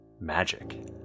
magic